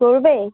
করবে